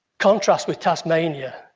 contrast with tasmania.